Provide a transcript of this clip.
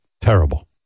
terrible